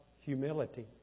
humility